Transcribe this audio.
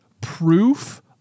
proof